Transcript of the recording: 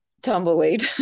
Tumbleweed